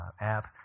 app